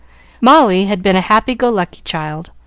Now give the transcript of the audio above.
molly had been a happy-go-lucky child,